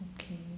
okay